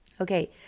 Okay